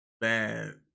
Bad